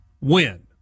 win